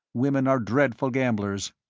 women are dreadful gamblers.